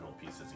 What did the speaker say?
pieces